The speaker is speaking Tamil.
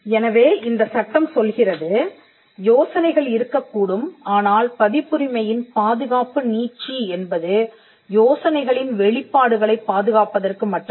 எனவே இந்த சட்டம் சொல்கிறது யோசனைகள் இருக்கக்கூடும் ஆனால் பதிப்புரிமையின் பாதுகாப்பு நீட்சி என்பது யோசனைகளின் வெளிப்பாடுகளைப் பாதுகாப்பதற்கு மட்டுமே